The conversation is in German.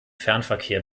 fernverkehr